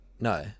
No